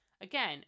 again